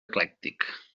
eclèctic